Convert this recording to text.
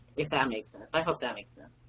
if that makes sense, i hope that makes sense.